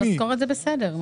משכורת זה בסדר.